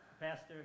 Pastor